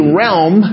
realm